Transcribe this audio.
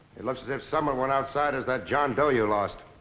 it looks as if somebody went outside as that john doe you lost.